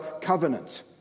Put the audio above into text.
covenant